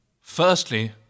Firstly